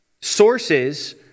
sources